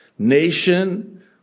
nation